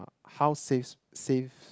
how safe safe